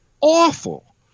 awful